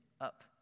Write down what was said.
up